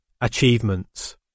Achievements